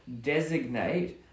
designate